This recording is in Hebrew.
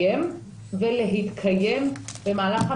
ולכן בניגוד למהלכי